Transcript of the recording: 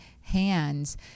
hands